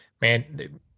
man